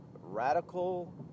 radical